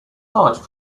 large